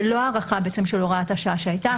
זה לא הארכה בעצם של הוראת השעה שהייתה.